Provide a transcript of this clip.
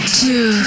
two